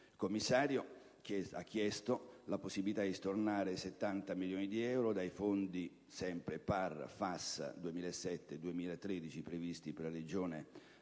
Il commissario ha chiesto la possibilità di stornare 70 milioni di euro dai fondi PAR-FAS 2007-2013 previsti per la Regione Siciliana,